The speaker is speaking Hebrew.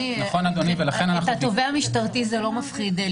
את התובע המשטרתי זה לא מפחיד,